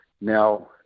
now